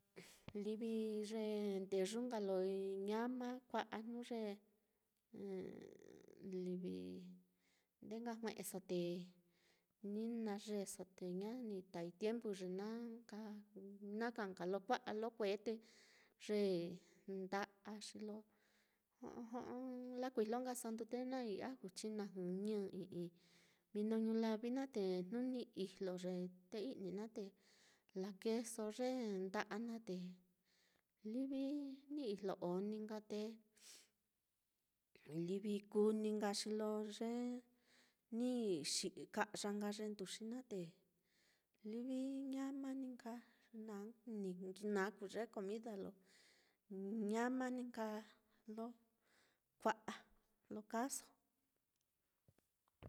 livi ye ndeyu nka lo ñama kua'a jnu ye livi ndee nka jue'eso, te ni nayeeso te ña tai tiempu ye na nka na ka nka lo kua'a lo kue te ye nda'a xilo jo'o jo'o, lakujlo nkaso ndute naá i'i aju, chinajɨ, ñɨ i'i mino ñulavi naá, te jnu ni ijlo ye té i'ni naá te lakeeso ye nda'a naá, te livi ni ijlo on ni nka te, livi kuu ní nka xi lo ye ni xiy-ka'ya nka ye nduxi naá te livi ñama ni nka, na-ni naá kuu ye comida lo ñama ni nka lo kua'a lo kaaso.